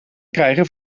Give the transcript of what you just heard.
krijgen